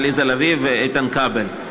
עליזה לביא ואיתן כבל.